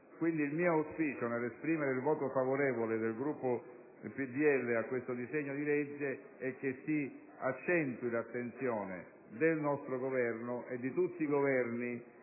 Il mio auspicio nell'esprimere il voto favorevole del Gruppo PdL a questo disegno di legge, quindi, è che si accentui l'attenzione del nostro Governo e di tutti i Governi